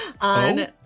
On